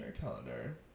calendar